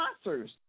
sponsors